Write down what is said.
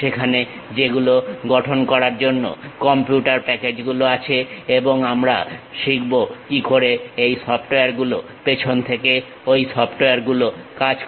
সেখানে সেগুলো গঠন করার জন্য কম্পিউটার প্যাকেজ গুলো আছে এবং আমরা শিখবো কি করে এই সফটওয়্যার গুলো পেছন থেকে ওই সফটওয়্যার গুলো কাজ করে